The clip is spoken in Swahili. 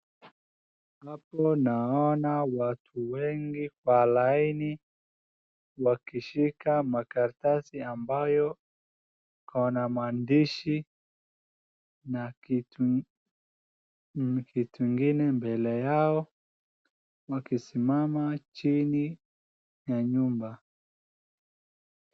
Hapo naona watu wengi kwa laini wakishika makaratasi ambayo wana maandishi na kitu na kitu ingine mbele yao wakisimama chini ya nyumba.